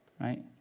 right